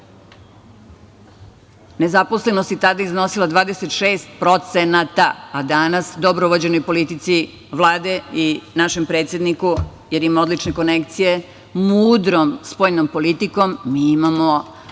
Srbiji. Nezaposlenost je tada iznosila 26%, a danas, dobro vođenoj politici Vlade i našem predsedniku, jer ima odlične konekcije, mudrom spoljnom politikom, mi imamo